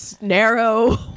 narrow